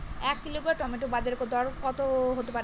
এক kilogram tomato বাজের দরকত হতে পারে?